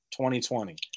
2020